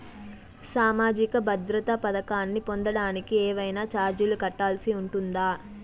సామాజిక భద్రత పథకాన్ని పొందడానికి ఏవైనా చార్జీలు కట్టాల్సి ఉంటుందా?